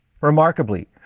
Remarkably